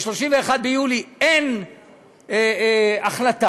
ב-31 ביולי אין החלטה,